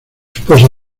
esposa